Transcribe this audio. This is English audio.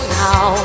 now